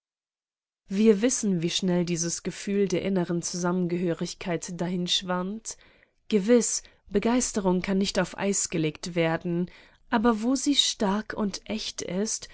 wir wissen wie schnell dieses gefühl der inneren zusammengehörigkeit dahinschwand gewiß begeisterung kann nicht auf eis gelegt werden aber wo sie stark und echt ist